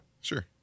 Sure